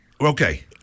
Okay